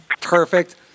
Perfect